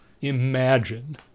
imagine